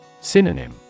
Synonym